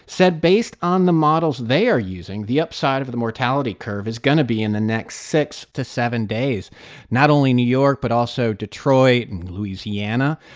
said based on the models they are using, the upside of the mortality curve is going to be in the next six to seven days not only new york but also detroit and louisiana.